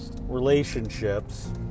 relationships